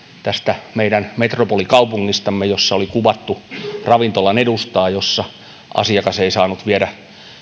tästä meidän metropolikaupungistamme jossa oli kuvattu ravintolan edustaa jossa asiakas ei saanut viedä